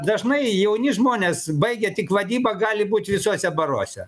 dažnai jauni žmonės baigę tik vadybą gali būt visuose baruose